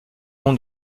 nom